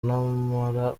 namara